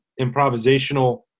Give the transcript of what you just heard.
improvisational